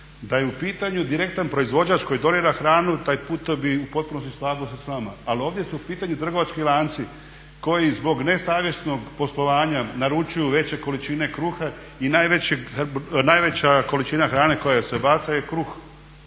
Da je u pitanju direktan proizvođač koji donira hranu taj puta bi u potpunosti slagao se s vama. Ali ovdje su u pitanju trgovački lanci koji zbog nesavjesnog poslovanja naručuju veće količine kruha i najveća količina hrane koja se baca je kruh